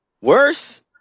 worse